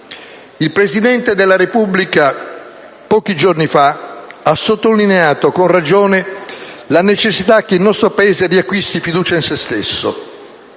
Il Presidente della Repubblica, pochi giorni fa, ha sottolineato, con ragione, la necessità che il nostro Paese riacquisti fiducia in se stesso.